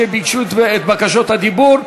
שביקשו את רשות הדיבור.